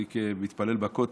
אני כמתפלל בכותל,